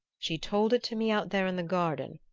she told it to me out there in the garden,